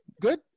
Good